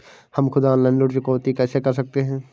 हम खुद ऑनलाइन ऋण चुकौती कैसे कर सकते हैं?